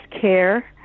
care